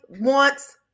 wants